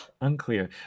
Unclear